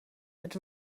het